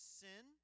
sin